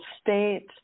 state